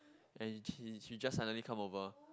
and he he he just suddenly come over